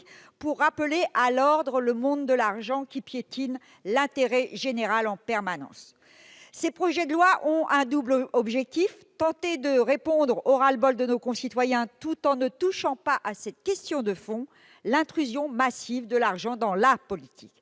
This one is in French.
pour rappeler à l'ordre le monde de l'argent, qui piétine l'intérêt général en permanence ! Ces projets de loi ont un double objectif : tenter de répondre au ras le bol de nos concitoyens tout en ne touchant pas à cette question de fond, l'intrusion massive de l'argent dans la politique.